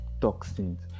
toxins